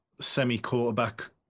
semi-quarterback